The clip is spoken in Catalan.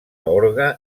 orgue